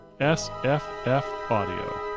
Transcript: sffaudio